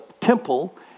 temple